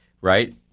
right